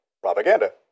propaganda